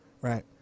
Right